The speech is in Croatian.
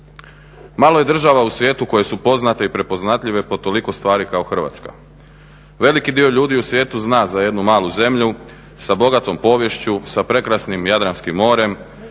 Malo je država u svijetu koje su poznate i prepoznatljive po toliko stvari kao Hrvatska. Veliki dio ljudi u svijetu zna za jednu malu zemlju sa bogatom poviješću, sa prekrasnim Jadranskim morem,